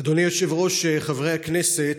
אדוני היושב-ראש, חברי הכנסת,